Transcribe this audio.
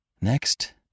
Next